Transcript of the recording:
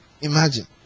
Imagine